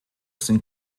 sind